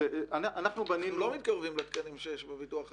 אתם לא מתקרבים לתקנים שיש בביטוח לאומי?